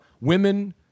women